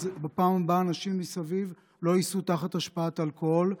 אז בפעם הבאה אנשים מסביב לא ייסעו תחת השפעת אלכוהול.